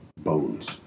Bones